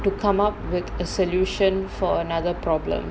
to come up with a solution for another problem